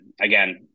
again